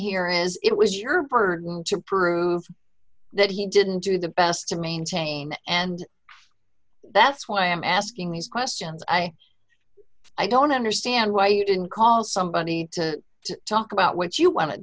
here is it was your burden to prove that he didn't do the best to maintain and that's why i'm asking these questions i i don't understand why you didn't call somebody to talk about what you wan